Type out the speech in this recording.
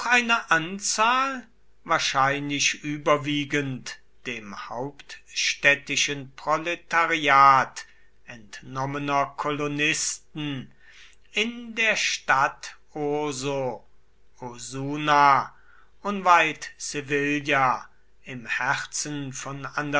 eine anzahl wahrscheinlich überwiegend dem hauptstädtischen proletariat entnommener kolonisten in der stadt urso osuna unweit sevilla im herzen von